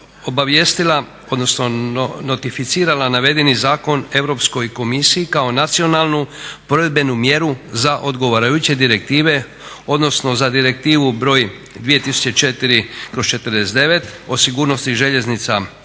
obavijestila odnosno notificirala navedeni zakon Europskoj komisiji kao nacionalnu provedbenu mjeru za odgovarajuće direktive, odnosno za Direktivu br. 2004/49 o sigurnosti željeznica